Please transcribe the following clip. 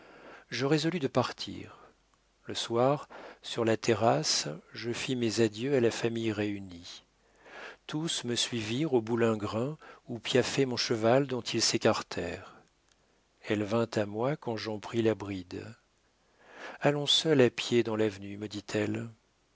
je résolus de partir le soir sur la terrasse je fis mes adieux à la famille réunie tous me suivirent au boulingrin où piaffait mon cheval dont ils s'écartèrent elle vint à moi quand j'en pris la bride allons seuls à pied dans l'avenue me dit-elle